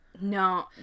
No